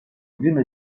gün